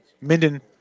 Minden